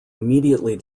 immediately